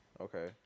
okay